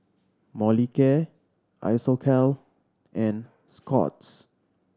Molicare Isocal and Scott's